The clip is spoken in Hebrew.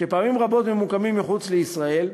שפעמים רבות ממוקמים מחוץ לישראל,